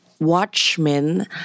Watchmen